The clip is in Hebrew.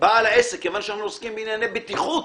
כיוון שעוסקים בענייני בטיחות,